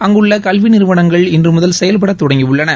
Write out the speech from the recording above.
அங்குள்ள கல்வி நிறுவனங்கள் இன்று முதல் செயல்பட தொடங்கியுள்ளன